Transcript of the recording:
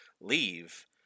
Leave